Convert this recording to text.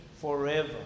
forever